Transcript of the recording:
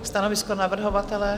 Stanovisko navrhovatele?